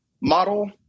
model